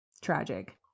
tragic